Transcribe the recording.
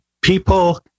people